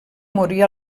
morir